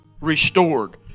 restored